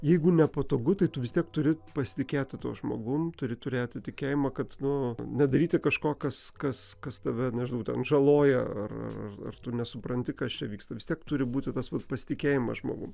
jeigu nepatogu tai tu vis tiek turi pasitikėti tuo žmogum turi turėti tikėjimą kad nu nedaryti kažko kas kas kas tave nežinau ten žaloja ar ar tu nesupranti kas čia vyksta vis tiek turi būti tas pasitikėjimas žmogum